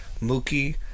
Mookie